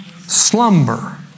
Slumber